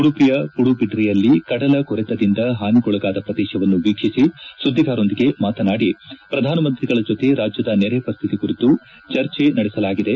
ಉಡುಪಿಯ ಪಡುಬಿದ್ರೆಯಲ್ಲಿ ಕಡಲಕೊರೆತದಿಂದ ಹಾನಿಗೊಳಗಾದ ಪ್ರದೇಶವನ್ನು ವೀಕ್ಷಿಸಿ ಸುದ್ದಿಗಾರರೊಂದಿಗೆ ಮಾತನಾಡಿದ ಅವರು ಪ್ರಧಾನಮಂತ್ರಿಗಳ ಜೊತೆ ರಾಜ್ಯದ ನೆರೆ ಪರಿಸ್ಥಿತಿ ಕುರಿತು ನಿನ್ನೆ ಚರ್ಚೆ ನಡೆಸಲಾಗಿದೆ